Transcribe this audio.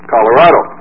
Colorado